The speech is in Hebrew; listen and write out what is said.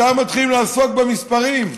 ישר מתחילים לעסוק במספרים.